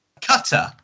Cutter